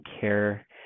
care